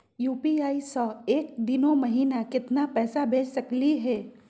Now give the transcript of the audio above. UPI स एक दिनो महिना केतना पैसा भेज सकली हे?